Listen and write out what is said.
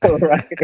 Right